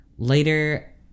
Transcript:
Later